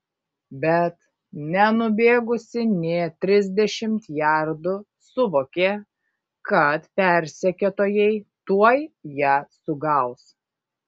bet nenubėgusi nė trisdešimt jardų suvokė kad persekiotojai tuoj ją sugaus